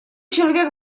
человек